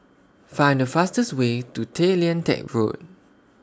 Find The fastest Way to Tay Lian Teck Road